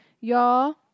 y'all